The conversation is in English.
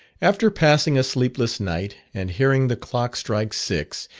after passing a sleepless night, and hearing the clock strike six,